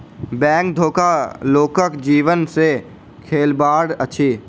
bank धोखा लोकक जीवन सॅ खेलबाड़ अछि